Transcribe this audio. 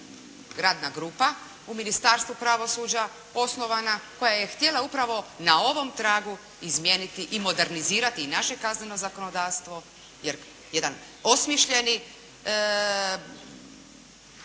radna grupa u Ministarstvu pravosuđa osnovana koja je htjela upravo na ovom tragu izmijeniti i modernizirati i naše kazneno zakonodavstvo, jer jedan osmišljeni